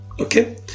Okay